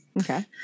Okay